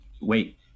wait